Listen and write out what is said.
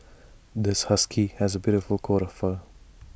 this husky has A beautiful coat of fur